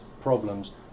problems